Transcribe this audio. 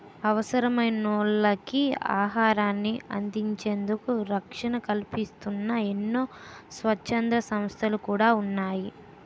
అవసరమైనోళ్ళకి ఆహారాన్ని అందించేందుకు రక్షణ కల్పిస్తూన్న ఎన్నో స్వచ్ఛంద సంస్థలు కూడా ఉన్నాయి